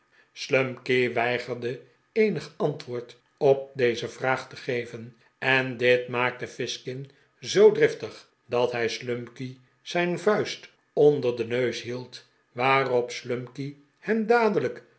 slumkey weigerde eenig antwoord op deze vraag te geven en dit maakte fizkin zoo driftig dat hij slumkey zijn vuist onder den neus hield waarop slumkey hem dadelijk